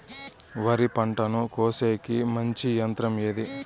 వరి పంటను కోసేకి మంచి యంత్రం ఏది?